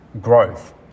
growth